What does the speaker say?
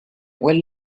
well